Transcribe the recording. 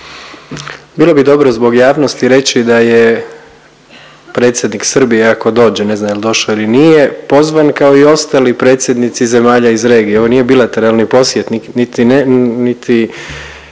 Bilo bi dobro zbog javnosti reći da je predsjednik Srbije ako dođe, ne znam jel došao ili nije, pozvan kao i ostali predsjednici zemalja iz regije. Ovo nije bilateralni posjet niti